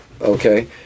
okay